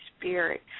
Spirit